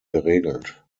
geregelt